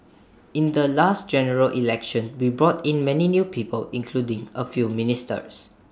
in the last General Election we brought in many new people including A few ministers